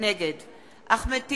נגד אחמד טיבי,